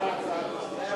הצעת הסיכום.